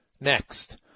next